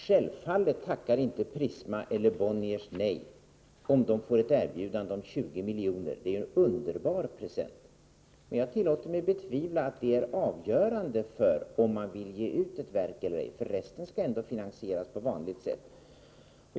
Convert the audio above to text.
Självfallet tackar inte Prisma eller Bonniers nej, om de får ett erbjudande om 20 milj.kr. Det är en underbar present, men jag tillåter mig betvivla att det är avgörande för, om man vill ge ut ett verk eller ej, ty resten skall ändå finansieras på vanligt sätt.